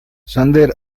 xander